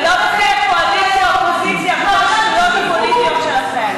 ולא לפי קואליציה אופוזיציה וכל השטויות הפוליטיות שלכם.